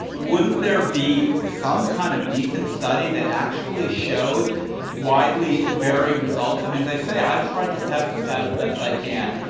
wouldn't there be some kind of decent study that actually showed widely varying results? i mean as i say, i've tried to test this out as best i can.